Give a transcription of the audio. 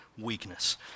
weakness